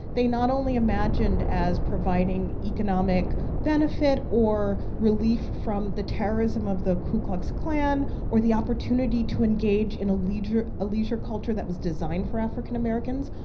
they not only imagined as providing economic benefit or relief from the terrorism of the ku klux klan, or the opportunity to engage in a leisure leisure culture that was designed for african americans.